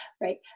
Right